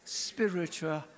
spiritual